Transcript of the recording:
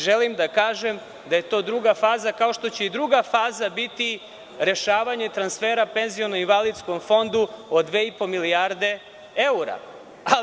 Želim da kažem da je to druga faza, kao što će i druga faza biti rešavanje transfera PIO Fondu od 2,5 milijarde evra.